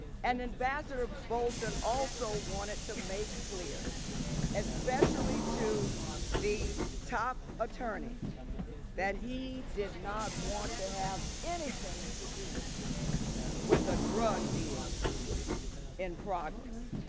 and ambassador bolton also wanted to make clear especially to the top attorney that he did not want to have anything to do with a drug deal in progress.